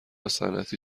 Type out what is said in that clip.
صنعتی